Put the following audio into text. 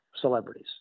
celebrities